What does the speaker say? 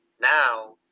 now